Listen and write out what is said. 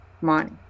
money